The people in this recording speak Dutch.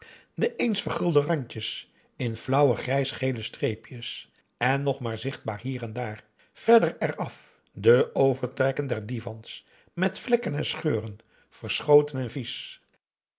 de eens vergulde randjes in flauwe grijsgele streepjes nog maar zichtbaar hier en daar verder eraf de overtrekken der divans met vlekken en scheuren verschoten en vies